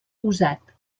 usat